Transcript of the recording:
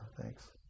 thanks